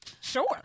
Sure